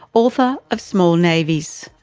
author of small navies.